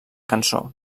cançó